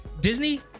Disney